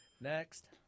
next